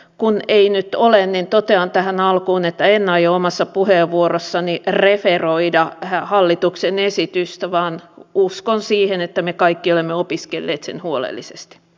kun ei nyt ole niin totean tähän alkuun että en aio omassa puheenvuorossani referoida hallituksen esitystä vaan uskon siihen että me kaikki olemme opiskelleet sen huolellisesti